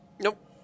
Nope